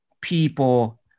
people